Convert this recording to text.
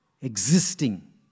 existing